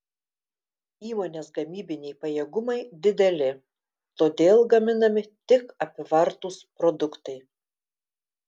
įmonės gamybiniai pajėgumai dideli todėl gaminami tik apyvartūs produktai